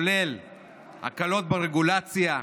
כולל הקלות ברגולציה,